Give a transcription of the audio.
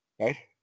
Right